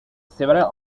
several